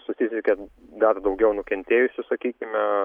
susisiekė dar daugiau nukentėjusių sakykime